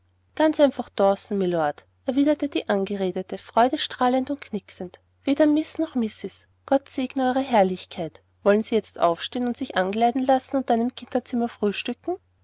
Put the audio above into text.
ganz einfach dawson mylord erwiderte die angeredete freudestrahlend und knicksend weder miß noch mrs gott segne eure herrlichkeit wollen sie jetzt aufstehen und sich ankleiden lassen und dann im kinderzimmer frühstücken